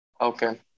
Okay